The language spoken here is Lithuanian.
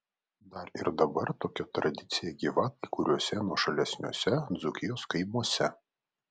dar ir dabar tokia tradicija gyva kai kuriuose nuošalesniuose dzūkijos kaimuose